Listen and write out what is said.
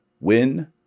Win